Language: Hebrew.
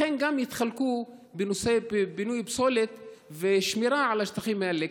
יתחלקו גם בנושא פינוי פסולת ושמירה על השטחים האלה?